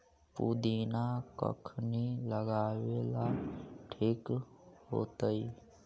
पुदिना कखिनी लगावेला ठिक होतइ?